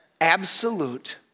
absolute